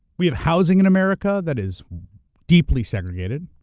we have housing in america that is deeply segregated.